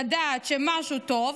לדעת שמישהו טוב"